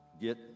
get